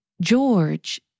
George